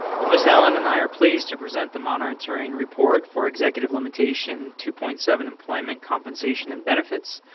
well, ms allen and i are pleased to present the monitoring report for executive limitation, two point seven employment compensation and benefits.